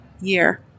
year